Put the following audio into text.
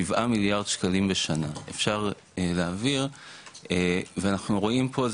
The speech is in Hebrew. שבעה מיליארד שקלים בשנה ואנחנו רואים פה,